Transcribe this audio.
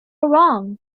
wrong